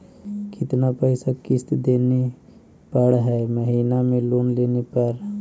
कितना पैसा किस्त देने पड़ है महीना में लोन लेने पर?